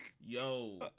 yo